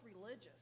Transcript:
religious